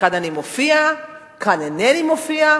כאן אני מופיע, כאן אינני מופיע"?